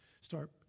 Start